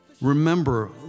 Remember